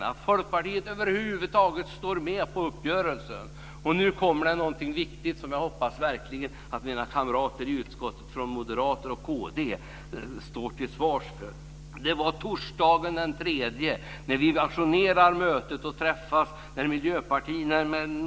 Den gäller varför Folkpartiet över huvud taget står med på uppgörelsen. Nu kommer det något viktigt, något som jag verkligen hoppas att mina kamrater i utskottet från Moderaterna och Kd står till svars för. Det gäller torsdagen den tredje, när vi ajournerar mötet. Vi ajournerar mötet och träffas.